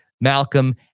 Malcolm